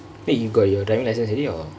eh you got your drivingk license already or